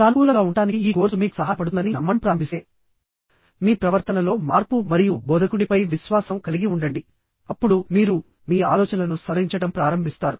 సానుకూలంగా ఉండటానికి ఈ కోర్సు మీకు సహాయపడుతుందని మీరు నమ్మడం ప్రారంభిస్తే మీ ప్రవర్తనలో మార్పు మరియు బోధకుడిపై విశ్వాసం కలిగి ఉండండి అప్పుడు మీరు మీ ఆలోచనలను సవరించడం ప్రారంభిస్తారు